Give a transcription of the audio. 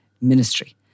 Ministry